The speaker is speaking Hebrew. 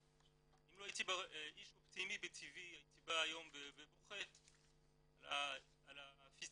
אם לא הייתי איש אופטימי מטבעי הייתי בא היום ובוכה על הפספוס